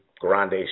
grande